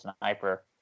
sniper